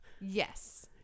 yes